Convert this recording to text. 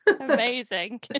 Amazing